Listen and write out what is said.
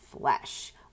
flesh